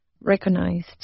recognized